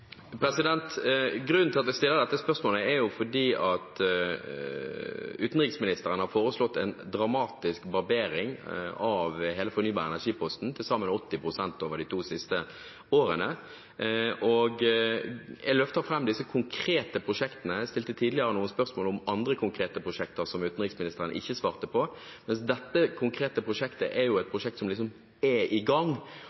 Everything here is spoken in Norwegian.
at jeg stiller dette spørsmålet, er at utenriksministeren har foreslått en dramatisk barbering av hele fornybar energi-posten – til sammen 80 pst. over de to siste årene. Jeg løfter fram disse konkrete prosjektene. Jeg stilte tidligere noen spørsmål om andre konkrete prosjekter, som utenriksministeren ikke svarte på. Men dette konkrete prosjektet er jo et prosjekt som er i gang,